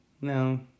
No